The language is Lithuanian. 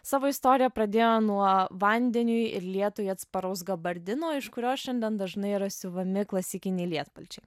savo istoriją pradėjo nuo vandeniui ir lietui atsparaus gabardino iš kurio šiandien dažnai yra siuvami klasikiniai lietpalčiai